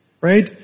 Right